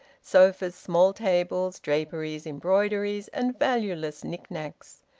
sofas, small tables, draperies, embroideries, and valueless knick-knacks.